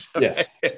Yes